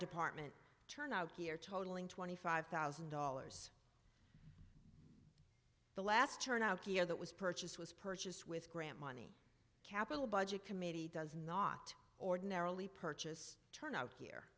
department turn out here totaling twenty five thousand dollars the last turn out that was purchased was purchased with grant money capital budget committee does not ordinarily purchase turnout here